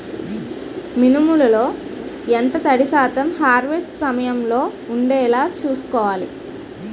మినుములు లో ఎంత తడి శాతం హార్వెస్ట్ సమయంలో వుండేలా చుస్కోవాలి?